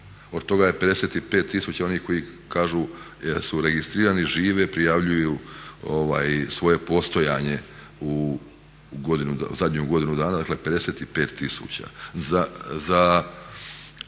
Od toga je 55 tisuća onih koji kažu su registrirani, žive i prijavljuju svoje postojanje u zadnju godinu dana, dakle 55 tisuća.